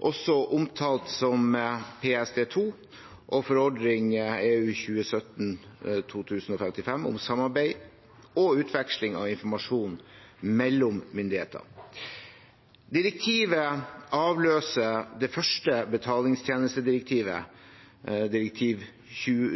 også omtalt som PSD2, og forordning 2017/2055 om samarbeid og utveksling av informasjon mellom myndigheter. Direktivet avløser det første betalingstjenestedirektivet, direktiv